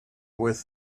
with